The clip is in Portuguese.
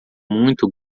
muito